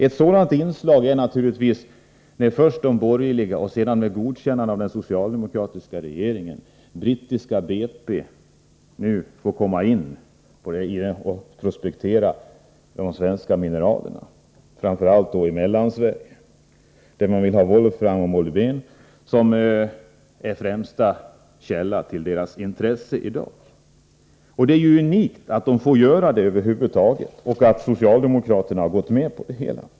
Ett sådant inslag är naturligtvis att brittiska BP tack vare de borgerliga regeringarna och sedan med godkännande av den socialdemokratiska regeringen nu får komma hit och prospektera svenska mineral, framför allt då i Mellansverige, där volfram och molybden är den främsta källan till deras intresse i dag. Det är unikt att så får ske över huvud taget och att socialdemokraterna har gått med på det hela.